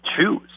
choose